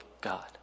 God